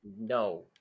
no